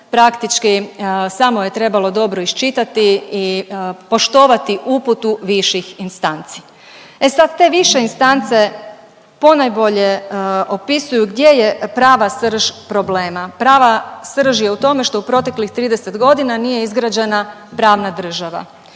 Praktički samo je trebalo dobro iščitati i poštovati uputu viših instanci. E sad te više instance ponajbolje opisuju gdje je prava srž problema. Prava srž je u tome što u proteklih 30 godina nije izgrađena pravna država.